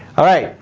alright,